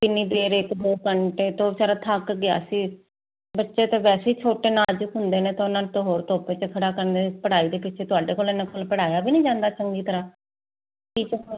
ਕਿੰਨੀ ਦੇਰ ਇੱਕ ਦੋ ਘੰਟੇ ਤੋਂ ਵਿਚਾਰਾ ਥੱਕ ਗਿਆ ਸੀ ਬੱਚੇ ਤੇ ਵੈਸੇ ਹੀ ਛੋਟੇ ਨਾਜੁਕ ਹੁੰਦੇ ਨੇ ਤਾਂ ਉਹਨਾਂ ਨੂੰ ਤਾਂ ਹੋਰ ਧੁੱਪ ਚ ਖੜਾ ਕਰਨ ਪੜ੍ਹਾਈ ਦੇ ਪਿੱਛੇ ਤੁਹਾਡੇ ਕੋਲ ਐਨਾ ਕੋਲ ਪੜਾਇਆ ਵੀ ਨਹੀਂ ਜਾਂਦਾ ਚੰਗੀ ਤਰ੍ਹਾਂ